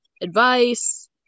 advice